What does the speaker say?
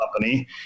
company